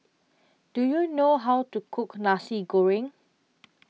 Do YOU know How to Cook Nasi Goreng